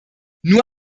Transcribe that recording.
nur